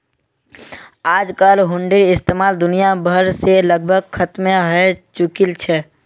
आजकल हुंडीर इस्तेमाल दुनिया भर से लगभग खत्मे हय चुकील छ